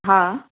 हा